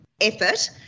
effort